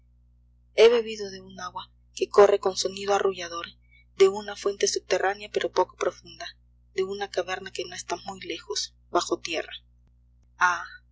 he bebido de un agua que corre con sonido arrullador de una fuente subterránea pero poco profunda de una caverna que no está muy lejos bajo tierra